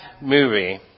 movie